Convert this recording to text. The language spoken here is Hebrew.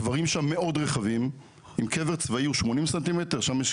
הקברים שם מאוד רחבים אם קבר צבאי הוא 80 ס"מ שם יש